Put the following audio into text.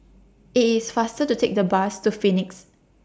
IT IS faster to Take The Bus to Phoenix